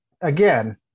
again